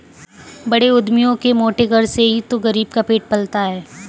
बड़े उद्यमियों के मोटे कर से ही तो गरीब का पेट पलता है